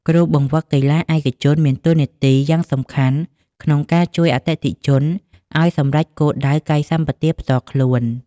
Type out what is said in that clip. គ្រូបង្វឹកកីឡាឯកជនមានតួនាទីយ៉ាងសំខាន់ក្នុងការជួយអតិថិជនឱ្យសម្រេចគោលដៅកាយសម្បទាផ្ទាល់ខ្លួន។